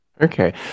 okay